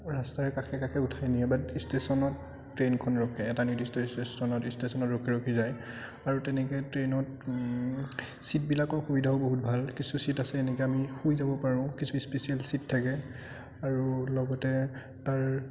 ৰাস্তাই কাষে কাষে উঠাই নিয়ে বাট ইষ্টেচনত ট্ৰেইনখন ৰখে এটা নিৰ্দিষ্ট ইষ্টেচনত ইষ্টেচনত ৰখি ৰখি যায় আৰু তেনেকে ট্ৰেইনত চীটবিলাকৰ সুবিধাও বহু ভাল কিছু চীট আছে এনেকে আমি শুই যাব পাৰোঁ কিছু ইস্পেচিয়েল চীট থাকে আৰু লগতে তাৰ